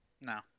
No